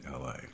LA